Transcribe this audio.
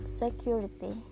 security